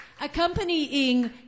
accompanying